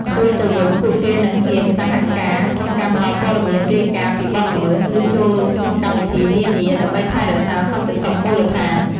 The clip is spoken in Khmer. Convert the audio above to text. ផ្ទុយទៅវិញ ពួកគេនឹង ហ៊ានសហការ ក្នុងការផ្តល់ព័ត៌មាន រាយការណ៍ពីបទល្មើស ឬចូលរួមក្នុងកម្មវិធីនានា ដើម្បីថែរក្សាសន្តិសុខមូលដ្ឋាន។